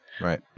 Right